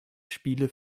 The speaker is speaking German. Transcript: spiele